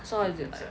so how is it like